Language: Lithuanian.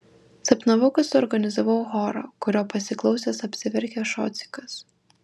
sapnavau kad suorganizavau chorą kurio pasiklausęs apsiverkė šocikas